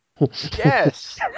yes